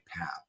path